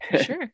Sure